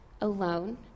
alone